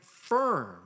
firm